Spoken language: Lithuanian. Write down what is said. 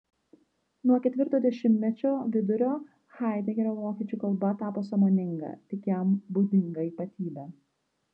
nuo ketvirto dešimtmečio vidurio haidegerio vokiečių kalba tapo sąmoninga tik jam būdinga ypatybe